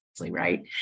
right